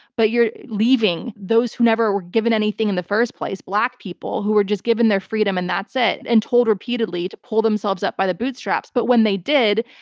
but you're leaving those who never were given anything in the first place, black people, who were just given their freedom and that's it and told repeatedly to pull themselves up by the bootstraps. but when they did,